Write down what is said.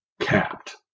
capped